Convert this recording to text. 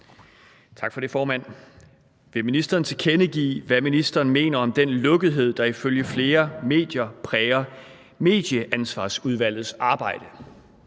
af: Peter Kofod (DF): Vil ministeren tilkendegive, hvad ministeren mener om den lukkethed, der ifølge flere medier præger Medieansvarsudvalgets arbejde?